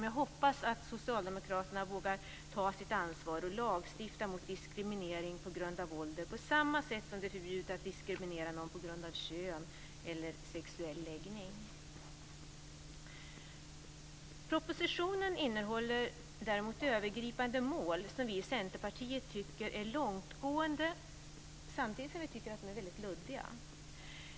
Jag hoppas att socialdemokraterna vågar ta sitt ansvar och lagstifta mot diskriminering på grund av ålder, på samma sätt som det är förbjudet att diskriminera någon på grund av kön eller sexuell läggning. Propositionen innehåller däremot övergripande mål som vi i Centerpartiet tycker är långtgående, samtidigt som vi tycker att de är väldigt luddiga.